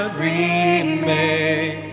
remain